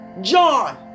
John